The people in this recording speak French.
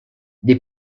des